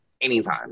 Anytime